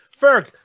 Ferg